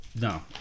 No